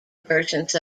versions